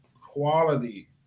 quality